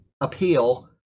appeal